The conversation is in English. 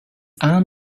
arm